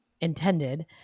intended